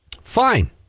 Fine